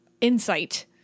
insight